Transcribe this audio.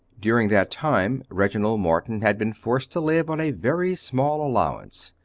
during that time reginald morton had been forced to live on a very small allowance.